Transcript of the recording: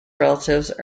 relatives